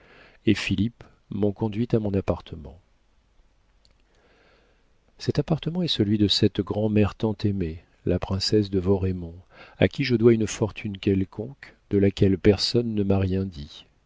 et philippe m'ont conduite à mon appartement cet appartement est celui de cette grand'mère tant aimée la princesse de vaurémont à qui je dois une fortune quelconque de laquelle personne ne m'a rien dit